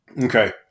okay